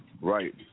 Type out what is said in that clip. right